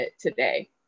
today